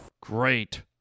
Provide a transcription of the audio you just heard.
Great